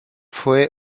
fue